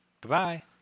goodbye